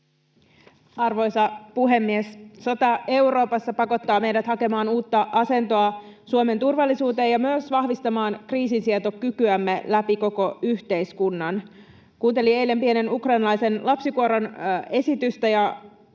Arvoisa puhemies! Sota Euroopassa pakottaa meidät hakemaan uutta asentoa Suomen turvallisuuteen ja myös vahvistamaan kriisinsietokykyämme läpi koko yhteiskunnan. Kuuntelin eilen pienen ukrainalaisen lapsikuoron esitystä ja